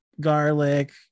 garlic